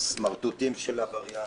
סמרטוטים של עבריין.